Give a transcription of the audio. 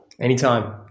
Anytime